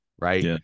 Right